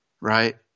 right